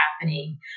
happening